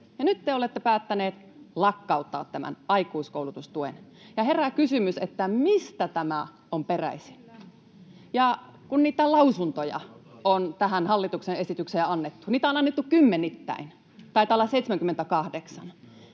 nyt te olette päättäneet lakkauttaa tämän aikuiskoulutustuen. Herää kysymys, mistä tämä on peräisin. Kun niitä lausuntoja on tähän hallituksen esitykseen annettu, niitä on annettu kymmenittäin, taitaa olla 78,